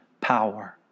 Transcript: power